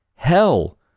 hell